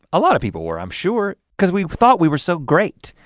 a lot of people were i'm sure cause we thought we were so great.